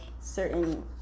certain